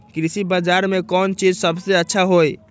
कृषि बजार में कौन चीज सबसे अच्छा होई?